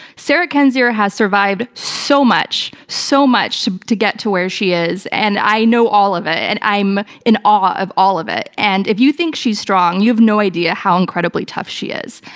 sarah kendzior has survived so much, so much to to get to where she is, and i know all of it, and i'm in awe of all of it. and if you think she's strong, you've no idea how incredibly tough she is.